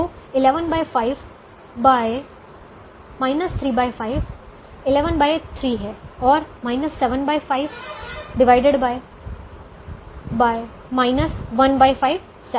तो 115 35 113 है और 75 15 7 है